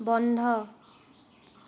বন্ধ